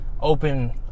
Open